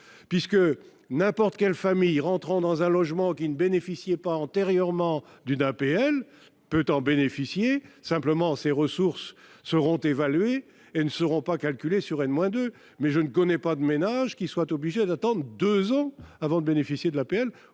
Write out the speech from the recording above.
puisque n'importe quelle famille rentrant dans un logement qui ne bénéficiaient pas antérieurement d'une APL peut en bénéficier, simplement ces ressources seront évalués et ne seront pas calculé sur une moins de mais je ne connais pas de ménage qui soit obligé d'attendre 2 ans avant de bénéficier de l'APL